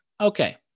Okay